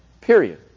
Period